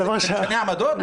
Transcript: אתה משנה עמדות?